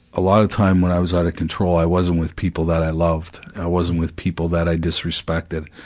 a lot of time when i was out of control, i wasn't with people that i loved. i wasn't with people that i disrespected,